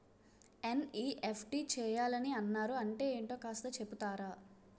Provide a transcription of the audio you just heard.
NEFT చేయాలని అన్నారు అంటే ఏంటో కాస్త చెపుతారా?